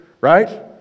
right